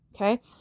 Okay